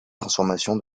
transformation